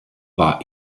war